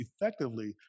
effectively